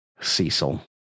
Cecil